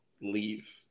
leave